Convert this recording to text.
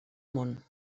món